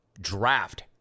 Draft